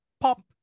Pop